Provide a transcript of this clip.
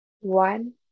one